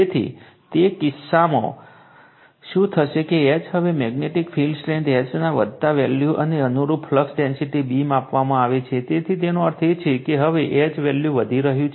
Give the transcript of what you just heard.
તેથી તે કિસ્સામાં શું થશે કે H હવે મેગ્નેટિક ફિલ્ડ સ્ટ્રેન્થ H ના વધતા વેલ્યુ અને અનુરૂપ ફ્લક્સ ડેન્સિટી B માપવામાં આવે છે તેથી તેનો અર્થ એ છે કે હવે H વેલ્યુ વધી રહ્યું છે